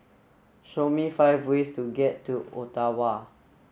show me five ways to get to Ottawa